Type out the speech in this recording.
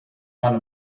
one